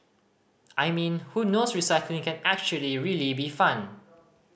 I mean who knows recycling can actually really be fun